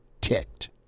ticked